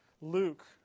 Luke